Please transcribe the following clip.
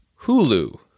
Hulu